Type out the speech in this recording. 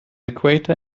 equator